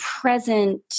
present